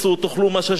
תאכלו מה שיש לכם,